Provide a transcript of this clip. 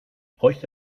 bräuchte